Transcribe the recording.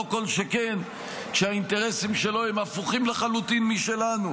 לא כל שכן כשהאינטרסים שלו הם הפוכים לחלוטין משלנו.